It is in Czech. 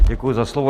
Děkuji za slovo.